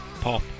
pop